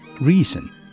reason